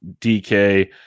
dk